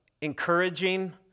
encouraging